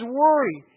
worry